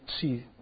see